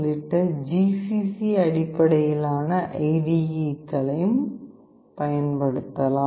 உள்ளிட்ட ஜிசிசி அடிப்படையிலான ஐடிஈகளையும் பயன்படுத்தலாம்